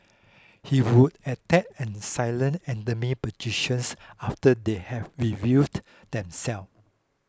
he would attack and silence enemy positions after they had revealed themselves